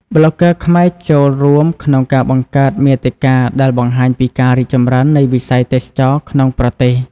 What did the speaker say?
ប្លុកហ្គើខ្មែរចូលរួមក្នុងការបង្កើតមាតិកាដែលបង្ហាញពីការរីកចម្រើននៃវិស័យទេសចរណ៍ក្នុងប្រទេស។